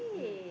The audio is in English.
mm